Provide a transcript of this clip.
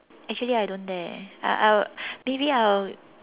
actually I don't dare I'll I'll maybe I'll